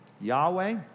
Yahweh